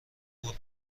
برد